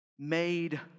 made